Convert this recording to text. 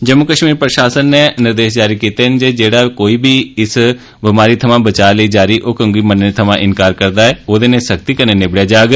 जम्मू कश्मीर प्रशासन नै निर्देश जारी कीता ऐ कि जेहड़ा कोई बी इस बमारी थमां बचा लेई जारी हुक्म गी मन्नने थमां इंकार करदा ऐ ओहदे नै सख्ती कन्नै निबड़ेया जाग